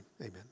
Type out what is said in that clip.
amen